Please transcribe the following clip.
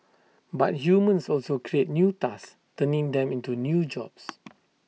but humans also create new tasks turning them into new jobs